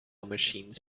machines